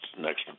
next